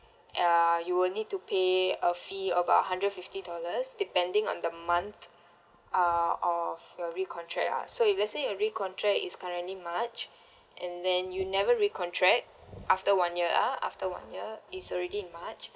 uh you will need to pay a fee about hundred fifty dollars depending on the month uh of your recontract ah so if let's say your recontract is currently march and then you never recontract after one year ah after one year it's already march